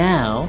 Now